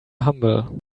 humble